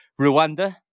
rwanda